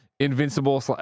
Invincible